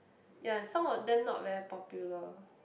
ya and some of them not very popular